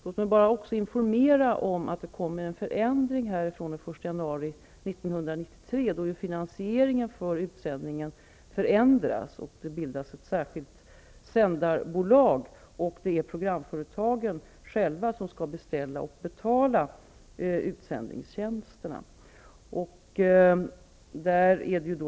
Låt mig också informera om att det blir en förändring den 1 januari 1993. Finansieringen för utsändningen förändras då. Det bildas ett särskilt sändarbolag. Det är programföretagen själva som skall beställa och betala utsändningstjänsterna.